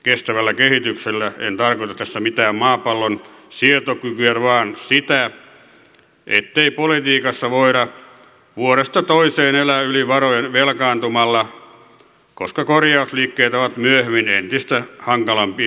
kestävällä kehityksellä en tarkoita tässä mitään maapallon sietokykyä vaan sitä ettei politiikassa voida vuodesta toiseen elää yli varojen velkaantumalla koska korjausliikkeet ovat myöhemmin entistä hankalampia toteuttaa